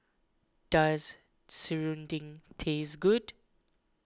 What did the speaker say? does Serunding taste good